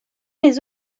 les